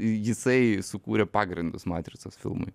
jisai sukūrė pagrindus matricos filmui